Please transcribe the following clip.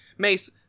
Mace